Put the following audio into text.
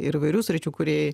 ir įvairių sričių kūrėjai